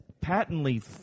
patently